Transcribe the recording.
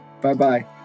Bye-bye